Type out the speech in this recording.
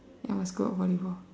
I was good at volleyball